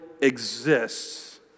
exists